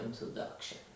introduction